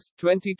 2020